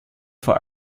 vor